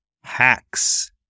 HACKS